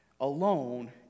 alone